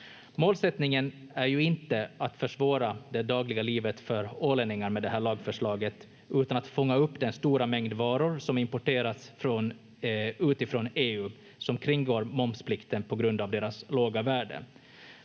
lagförslaget är ju inte att försvåra det dagliga livet för ålänningar, utan att fånga upp den stora mängd varor som importerats från utanför EU och som kringgår momsplikten på grund av deras låga värde.